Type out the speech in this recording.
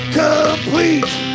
complete